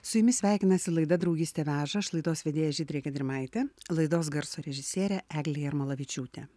su jumis sveikinasi laida draugystė veža aš laidos vedėja žydrė gedrimaitė laidos garso režisierė eglė jarmolavičiūtė